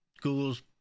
Google's